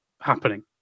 happening